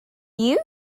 you